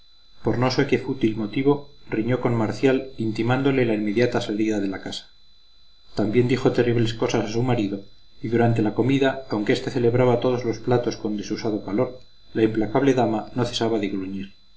por no sé qué fútil motivo riñó con marcial intimándole la inmediata salida de la casa también dijo terribles cosas a su marido y durante la comida aunque éste celebraba todos los platos con desusado calor la implacable dama no cesaba de gruñir